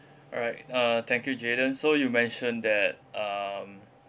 alright uh thank you jayden so you mentioned that um